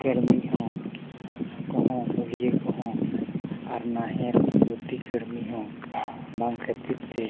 ᱠᱟᱹᱬᱢᱤ ᱦᱚᱸ ᱢᱩᱞᱤᱭᱟᱹ ᱠᱚᱦᱚᱸ ᱟᱨ ᱱᱟᱦᱮᱞ ᱜᱩᱛᱤ ᱠᱟᱹᱬᱢᱤ ᱦᱚᱸ ᱵᱟᱝ ᱠᱷᱟᱹᱛᱤᱨ ᱛᱮ